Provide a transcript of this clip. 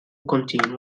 continuo